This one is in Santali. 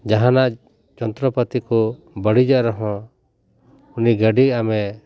ᱡᱟᱦᱟᱱᱟᱜ ᱡᱚᱱᱛᱨᱚ ᱯᱟᱹᱛᱤ ᱠᱚ ᱵᱟᱹᱲᱤᱡᱚᱜ ᱨᱮᱦᱚᱸ ᱩᱱᱤ ᱜᱟᱹᱰᱤ ᱟᱢᱮ